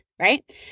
right